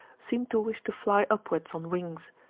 seemed to wish to fly upwards on wings.